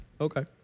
Okay